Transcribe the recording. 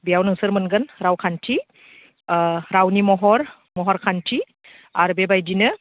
बेयाव नोंसोर मोनगोन रावखान्थि रावनि महर महर खान्थि आरो बेबायदिनो